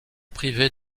privés